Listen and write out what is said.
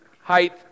height